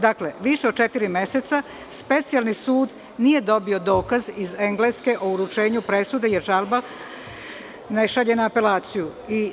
Dakle, više od četiri meseca Specijalni sud nije dobio dokaz iz Engleske o uručenju presude, jer žalba ne šalje na apelaciji.